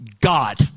God